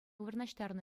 вырнаҫтарнӑ